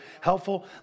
helpful